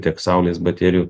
tiek saulės baterijų